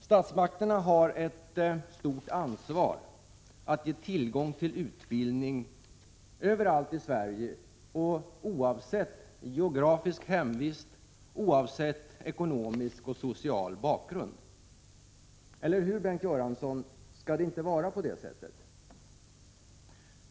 Statsmakterna har ett stort ansvar att ge tillgång till utbildning överallt i Sverige, oavsett människors geografiska hemvist och ekonomiska och sociala bakgrund. Eller hur, Bengt Göransson? Skall det inte vara på det sättet?